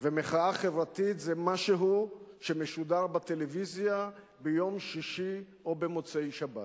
ומחאה חברתית זה משהו שמשודר בטלוויזיה ביום שישי או במוצאי-שבת.